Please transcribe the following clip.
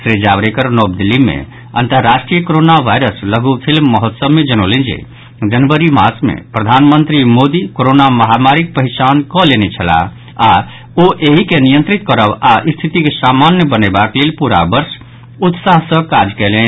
श्री जावड़ेकर नव दिल्ली मे अंतर्राष्ट्रीय कोरोना वायरस लघू फिल्म महोत्सव मे जनौलनि जे जनवरी मास मे प्रधानमंत्री मोदी कोरोना महामारीक पहिचान कऽ लेने छलाह आओर ओ एहि के नियंत्रित करब आ स्थिति के सामान्य बनयबाक लेल पूरा वर्ष उत्साह सँ काज कयलनि